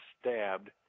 stabbed